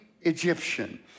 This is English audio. Egyptian